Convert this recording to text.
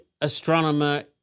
astronomer